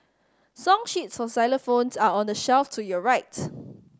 song sheets for xylophones are on the shelf to your right